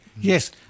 Yes